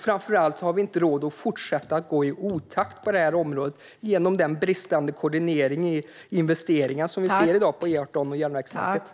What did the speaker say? Framför allt har vi inte råd att fortsätta att gå i otakt på det här området genom den bristande koordinering i investeringar som vi ser i dag på E18 och på järnvägen.